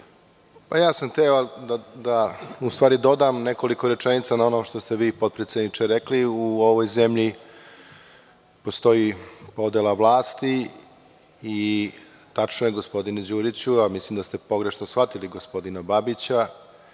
Hteo sam da u stvari dodam nekoliko rečenica na ono što ste vi potpredsedniče rekli. U ovoj zemlji postoji podela vlasti i tačno je, gospodine Đuriću, a mislim da ste pogrešno shvatili gospodina Babića,